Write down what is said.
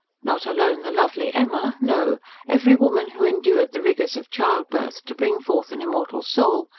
not alone the lovely emma no every woman who endured the rigours of childbirth, to bring forth an immortal soul,